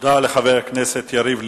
תודה לחבר הכנסת יריב לוין.